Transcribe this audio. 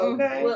Okay